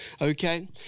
Okay